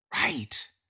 Right